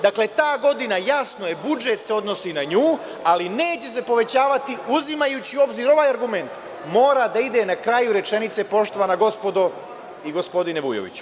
Dakle, ta godina, jasno je, budžet se odnosi na nju, ali neće se povećavati, uzimajući u obzir ovaj argument, mora da ide na kraju rečenice, poštovana gospodo i gospodine Vujoviću.